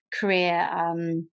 career